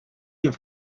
have